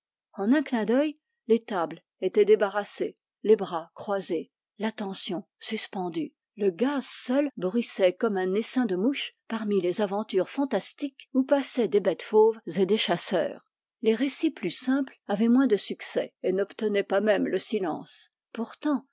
en un clin dœil les tables étaient débarrassées les bras croisés l'attention suspendue le gaz seul bruissait comme un essaim de mouches parmi les aventures fantastiques où passaient des bêtes fauves et des chasseurs les récits plus simples avaient moins de succès et n'obtenaient pas le même silence pourtant